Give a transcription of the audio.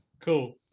cool